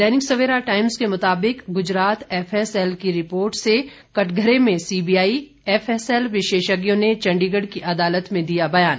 दैनिक Savera Times के मुताबिक Gujarat FSL की रिपोर्ट से कठघरे में सीबीआई एफएसएल विशेषज्ञों ने चंडीगढ़ की अदालत में दिया बयान